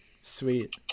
Sweet